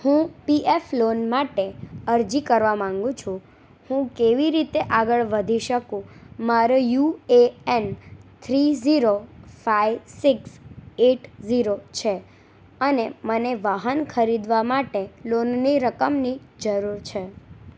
હું P F loan માટે અરજી કરવા માંગુ છું હું કેવી રીતે આગળ વધી શકું મારો U A N three zero five six eight zero છે અને મને વાહન ખરીદવા માટે લોનની રકમની જરૂર છે